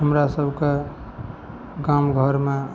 हमरासबके गामघरमे